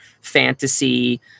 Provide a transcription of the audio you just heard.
fantasy